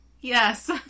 Yes